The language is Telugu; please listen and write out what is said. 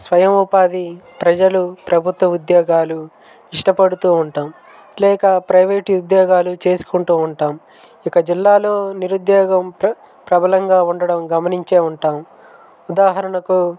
స్వయం ఉపాధి ప్రజలు ప్రభుత్వ ఉద్యోగాలు ఇష్టపడుతూ ఉంటాం లేక ప్రైవేటు ఉద్యోగాలు చేసుకుంటూ ఉంటాం ఇక జిల్లాలో నిరుద్యోగం ప్రబలంగా ఉండడం గమనించే ఉంటాం ఉదాహరణకు